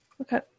Okay